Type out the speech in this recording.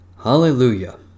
Hallelujah